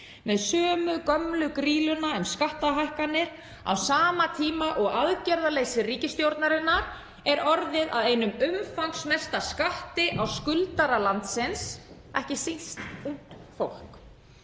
með sömu gömlu grýluna um skattahækkanir á sama tíma og aðgerðaleysi ríkisstjórnarinnar er orðið að einum umfangsmesta skatti á skuldara landsins, ekki síst ungt fólk.